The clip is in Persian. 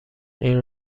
این